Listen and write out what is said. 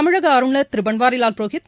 தமிழக ஆளுநர் திரு பன்வாரிவால் புரோஹித்